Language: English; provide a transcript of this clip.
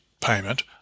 payment